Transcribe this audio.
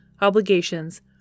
obligations